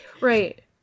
right